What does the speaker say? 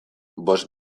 bost